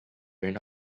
ran